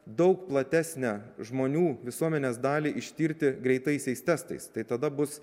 daug platesnę žmonių visuomenės dalį ištirti greitaisiais testais tai tada bus